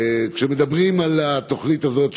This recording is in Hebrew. כשמדברים על התוכנית הזאת,